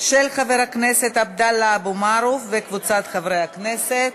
של חבר הכנסת עבדאללה אבו מערוף וקבוצת חברי הכנסת.